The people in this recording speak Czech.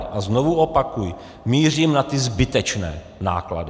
A znovu opakuji, mířím na ty zbytečné náklady.